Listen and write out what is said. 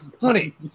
Honey